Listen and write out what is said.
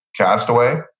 Castaway